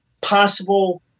possible